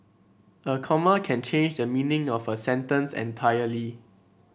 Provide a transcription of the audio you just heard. a comma can change the meaning of a sentence entirely